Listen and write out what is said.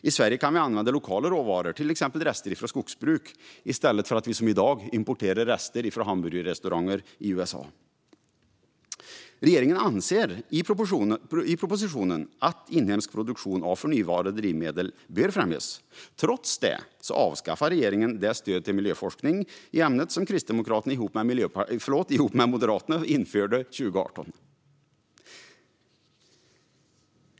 I Sverige kan vi använda lokala råvaror, till exempel rester från skogsbruk, i stället för att som i dag importera rester från hamburgerrestauranger i USA. Regeringen anser i propositionen att inhemsk produktion av förnybara drivmedel bör främjas. Trots detta avskaffade regeringen det stöd till miljöforskning i ämnet som Kristdemokraterna ihop med Moderaterna införde 2018. Fru talman!